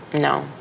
No